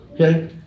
Okay